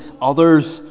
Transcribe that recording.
others